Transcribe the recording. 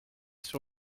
sur